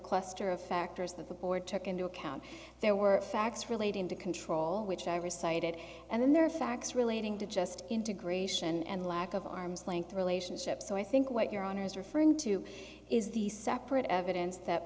cluster of factors that the board took into account there were facts relating to control which i recited and then there are facts relating to just integration and lack of arm's length relationship so i think what your honor is referring to is the separate evidence that